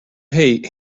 hate